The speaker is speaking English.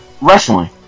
wrestling